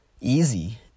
easy